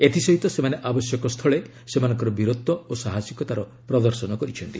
ଏଥିସହିତ ସେମାନେ ଆବଶ୍ୟକ ସ୍ଥଳେ ସେମାନଙ୍କର ବୀରତ୍ ଓ ସାହସୀକତାର ପ୍ରଦର୍ଶନ କରିଛନ୍ତି